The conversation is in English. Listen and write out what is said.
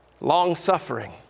long-suffering